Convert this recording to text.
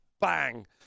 bang